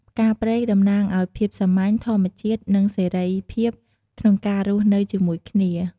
ផ្កាព្រៃ តំណាងអោយ ភាពសាមញ្ញ ធម្មជាតិ និងសេរីភាព ក្នុងការរស់នៅជាមួយគ្នា។